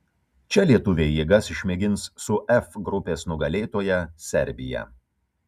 čia lietuviai jėgas išmėgins su f grupės nugalėtoja serbija